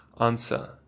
Answer